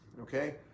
okay